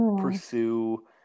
pursue